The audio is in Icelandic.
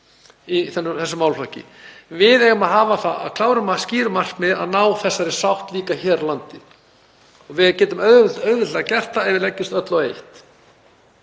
í þessum málaflokki. Við eigum að hafa það að kláru og skýru markmiði að ná þessari sátt líka hér á landi. Við getum auðveldlega gert það ef við leggjumst öll á eitt